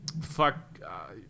fuck